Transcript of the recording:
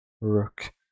Rook